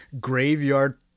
graveyard